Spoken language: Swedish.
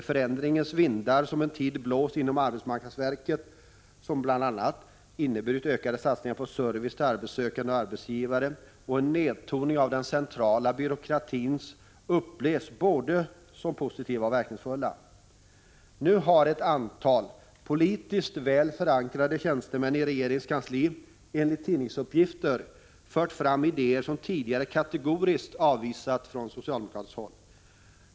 De förändringens vindar som en tid har blåst inom arbetsmarknadsverket, som bl.a. inneburit ökade satsningar på service till arbetssökande och arbetsgivare och en nedtoning av den centrala byråkratin, upplevs som både positiva och verkningsfulla. Nu har ett antal politiskt väl förankrade tjänstemän i regeringens kansli, enligt tidningsuppgifter, fört fram idéer som tidigare kategoriskt avvisats från socialdemokratiskt håll.